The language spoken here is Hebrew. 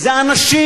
אלה אנשים